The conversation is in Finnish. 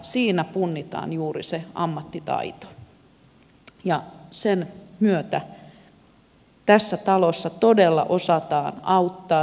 siinä punnitaan juuri se ammattitaito ja sen myötä tässä talossa todella osataan auttaa